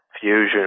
Fusion